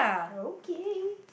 okay